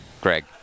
Greg